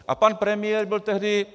A pan premiér byl tehdy...